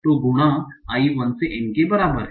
तो गुणा i 1 से n के बराबर है